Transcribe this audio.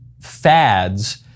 fads